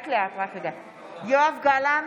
(קוראת בשמות חברי הכנסת) יואב גלנט,